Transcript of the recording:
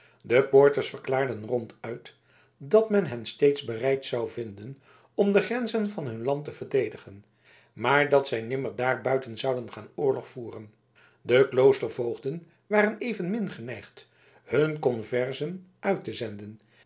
de poorters verklaarden ronduit dat men hen steeds bereid zou vinden om de grenzen van hun land te verdedigen maar dat zij nimmer daarbuiten zouden gaan oorlog voeren de kloostervoogden waren evenmin geneigd hun conversen uit te zenden